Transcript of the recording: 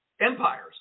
empires